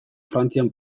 frantzian